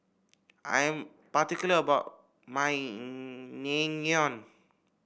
I am particular about my